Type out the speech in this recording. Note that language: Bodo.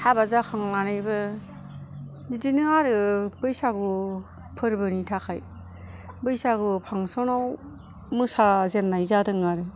हाबा जाखांनानैबो बिदिनो आरो बैसागु फोरबोनि थाखाय बैसागु फांसनाव मोसाजेननाय जादों आरो